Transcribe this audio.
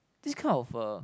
this kind of a